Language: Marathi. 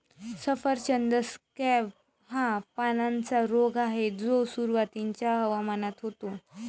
सफरचंद स्कॅब हा पानांचा रोग आहे जो सुरुवातीच्या हवामानात होतो